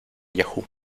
yahoo